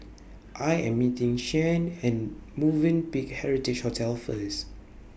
I Am meeting Shianne At Movenpick Heritage Hotel First